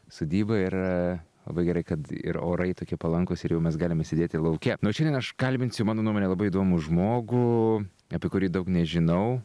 sodyba ir labai gerai kad ir orai tokie palankūs ir jau mes galime sėdėti lauke nu o šiandien aš kalbinsiu mano nuomone labai įdomų žmogų apie kurį daug nežinau